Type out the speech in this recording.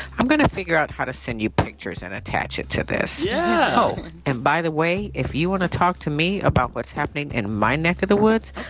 i'm going to figure out how to send you pictures and attach it to this yeah oh, and by the way, if you want to talk to me about what's happening in my neck of the woods,